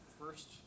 first